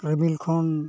ᱨᱤᱢᱤᱞ ᱠᱷᱚᱱ